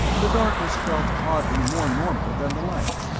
the darkness felt oddly more normal than the light,